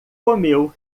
comeu